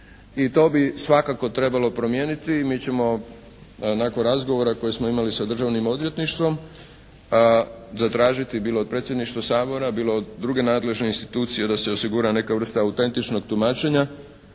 I to bi svakako trebalo promijeniti i mi ćemo nakon razgovora koji smo imali sa Državnim odvjetništvom, zatražiti bilo od Predsjedništva Sabora, bilo od druge nadležne institucije da se osigura neka vrsta autentičnog tumačenja